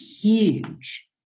huge